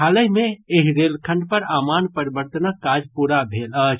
हालहि मे एहि रेलखंड पर आमान परिवर्तनक काज पूरा भेल अछि